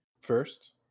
First